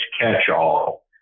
catch-all